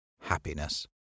Happiness